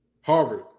Harvard